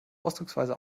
ausdrucksweise